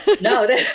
No